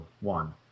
one